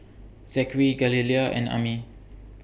Zachery Galilea and Ami